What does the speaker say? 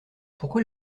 pourquoi